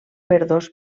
verdós